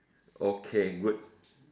okay good